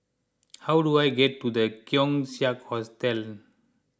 how do I get to the Keong Saik Hotel